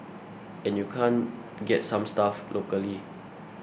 and you can't get some stuff locally